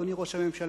אדוני ראש הממשלה,